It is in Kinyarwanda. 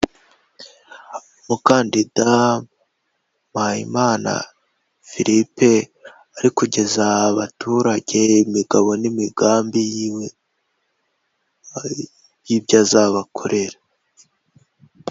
Umukandida Mpayimana Philippe ari kugeza abaturage imigabo n'imigambi yiwe y'ibyo azabakorera.